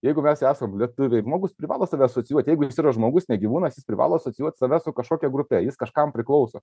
jeigu mes esam lietuviai žmogus privalo save asocijuoti jeigu jis yra žmogus ne gyvūnas jis privalo asocijuot save su kažkokia grupe jis kažkam priklauso